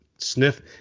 sniff